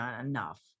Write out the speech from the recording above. enough